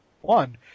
one